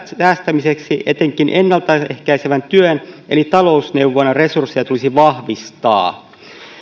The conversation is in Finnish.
säästämiseksi etenkin ennalta ehkäisevän työn eli talousneuvonnan resursseja tulisi vahvistaa